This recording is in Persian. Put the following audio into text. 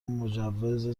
مجوز